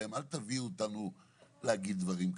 להם שלא יביאו אתכם כדי לומר דברים כאלה.